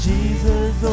Jesus